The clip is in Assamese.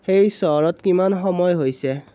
সেই চহৰত কিমান সময় হৈছে